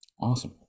Awesome